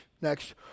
Next